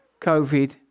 COVID